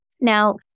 Now